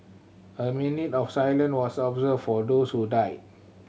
a minute of silence was observed for those who died